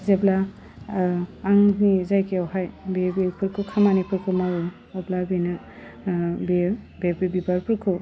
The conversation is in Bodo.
जेब्ला आंनि जायगायावहाय बेयो बेफोरखौ खामानिफोरखौ मावो अब्ला बेनो ओह बेयो बे बे बिबारफोरखौ